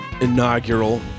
inaugural